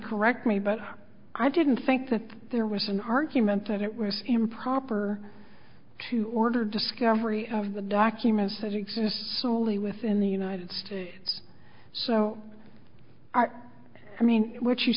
correct me but i didn't think that there was an argument that it was improper to order discovery of the documents as exists solely within the united states so i mean what you